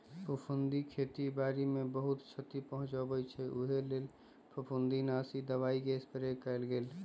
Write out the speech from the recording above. फफुन्दी खेती बाड़ी के बहुत छति पहुँचबइ छइ उहे लेल फफुंदीनाशी दबाइके स्प्रे कएल गेल